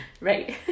Right